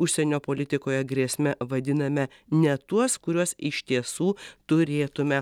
užsienio politikoje grėsme vadiname ne tuos kuriuos iš tiesų turėtume